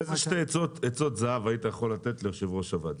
איזה שתי עצות זהב היית יכול לתת ליושב-ראש הוועדה?